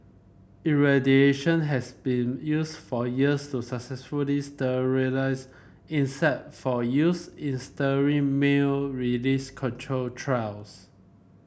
irradiation has been used for years to successfully sterilise insect for use in sterile male release control trials